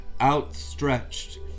outstretched